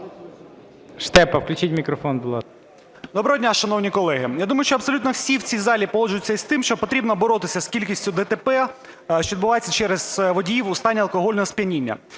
Доброго дня, шановні колеги! Я думаю, що абсолютно всі в цій залі погоджуються із тим, що потрібно боротися із кількістю ДТП, що відбуваються через водіїв у стані алкогольного сп'яніння.